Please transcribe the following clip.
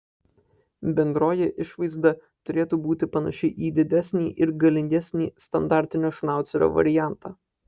bendroji išvaizda turėtų būti panaši į didesnį ir galingesnį standartinio šnaucerio variantą